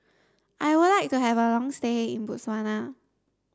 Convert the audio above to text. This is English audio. I would like to have a long stay in Botswana